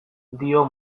dio